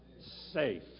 safe